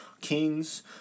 kings